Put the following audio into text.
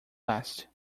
last